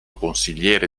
consigliere